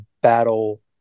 battle